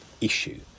issue